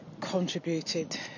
contributed